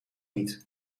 niet